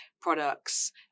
products